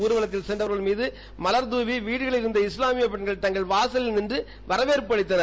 ஊர்வலத்தில் சென்றவர்கள் மீது மலர்தூவி வீடுகளில் இருந்த இஸ்லாமிய பெண்கள் தங்கள் வாசலில் நின்று வரவேற்பு அளித்தனர்